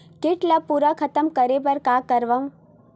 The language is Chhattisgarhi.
कीट ला पूरा खतम करे बर का करवं?